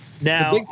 Now